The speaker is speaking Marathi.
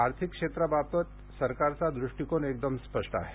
आर्थिक क्षेत्राबाबतीत सरकारचा दृष्टीकोन एकदम स्पष्ट आहे